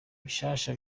bishasha